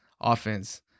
offense